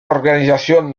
organisation